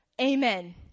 amen